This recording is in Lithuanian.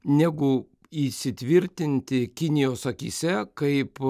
negu įsitvirtinti kinijos akyse kaip